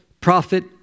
prophet